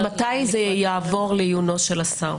יש לי שאלה: מתי זה יעבור לעיונו של השר?